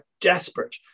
desperate